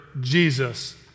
Jesus